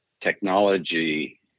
technology